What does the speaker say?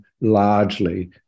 largely